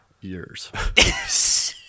years